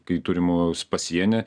kai turimos pasieny